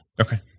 Okay